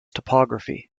topography